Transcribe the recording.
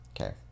Okay